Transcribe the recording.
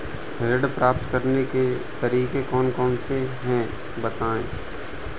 ऋण प्राप्त करने के तरीके कौन कौन से हैं बताएँ?